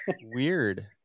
Weird